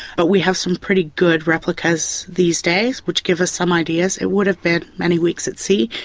but we have some pretty good replicas these days which give us some ideas. it would have been many weeks at sea.